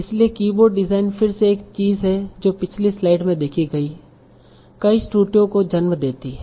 इसलिए keyboard design फिर से एक चीज है जो पिछली स्लाइड में देखी गई कई त्रुटियों को जन्म देती है